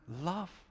love